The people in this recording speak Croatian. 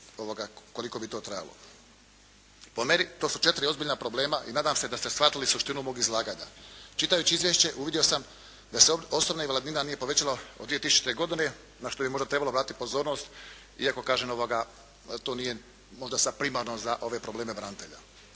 koliko bi to trajalo. Po meni, to su 4 ozbiljna problema i nadam se da ste shvatili suštinu mog izlaganja. Čitajući izvješće uvidio sam da se osobna invalidnina nije povećala od 2000. godine na što bi možda trebalo obratiti pozornost, iako kažem to nije možda sad primarno za ove probleme branitelja.